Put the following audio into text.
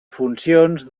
funcions